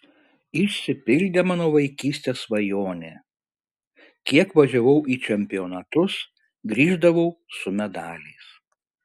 išsipildė mano vaikystės svajonė kiek važiavau į čempionatus grįždavau su medaliais